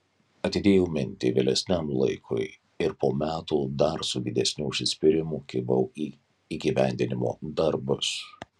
atidėjau mintį vėlesniam laikui ir po metų dar su didesniu užsispyrimu kibau į įgyvendinimo darbus